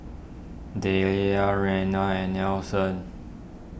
Delia Reanna and Nelson